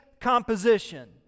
composition